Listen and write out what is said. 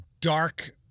dark